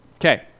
Okay